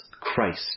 Christ